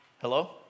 Hello